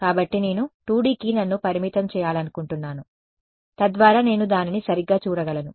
కాబట్టి నేను 2Dకి నన్ను పరిమితం చేయాలనుకుంటున్నాను తద్వారా నేను దానిని సరిగ్గా చూడగలను